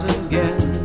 again